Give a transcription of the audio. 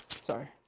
Sorry